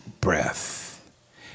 breath